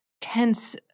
tense